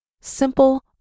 simple